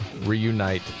reunite